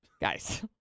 guys